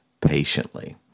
patiently